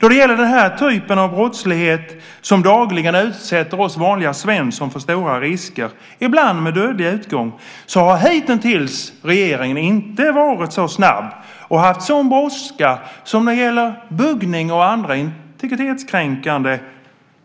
Då det gäller den här typen av brottslighet, som dagligen utsätter oss vanliga Svensson för stora risker, ibland med dödlig utgång, har regeringen hitintills inte varit så snabb och haft en sådan brådska som när det gäller buggning och andra integritetskränkande